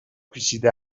پیچیده